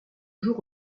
jours